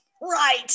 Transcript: Right